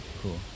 cool